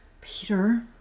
Peter